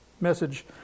message